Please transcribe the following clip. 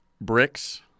Bricks